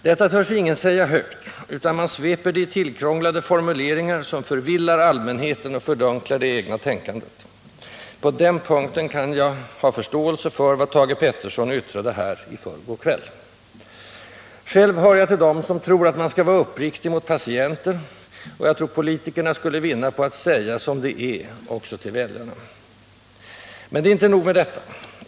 Detta törs ingen säga högt, utan man sveper det i tillkrånglade formuleringar, som förvillar allmänheten och fördunklar det egna tänkandet. På den punkten kan jag ha förståelse för vad Thage Peterson yttrade i förrgår kväll. Själv hör jag till dem, som tror att man skall vara uppriktig mot patienter, och jag tror politikerna skulle vinna på att säga som det är också till väljarna. Men det är inte nog med detta.